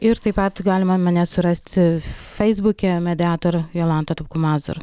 ir taip pat galima mane surasti feisbuke mediator jolanta tupko mazur